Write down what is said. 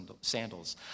sandals